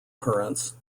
currents